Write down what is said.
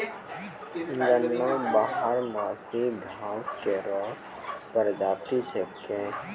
गन्ना बारहमासी घास केरो प्रजाति छिकै